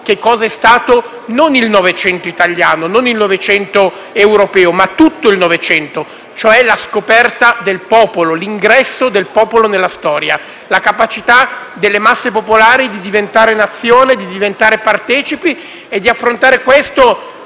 che cosa è stato non il Novecento italiano, non il Novecento europeo, ma tutto il Novecento: la scoperta del popolo, l'ingresso del popolo nella storia, la capacità delle masse popolari di diventare nazione, di diventare partecipi e di affrontare questo